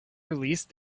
release